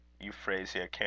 Euphrasia